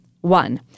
One